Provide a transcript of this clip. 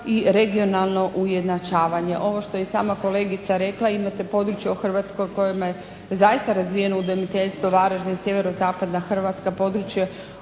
i regionalno ujednačavanje. Ovo što je i sama kolegica rekla, imate područja u Hrvatskoj u kojima je zaista razvijeno udomiteljstvo, Varaždin, sjeverozapadna Hrvatska, područje